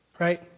Right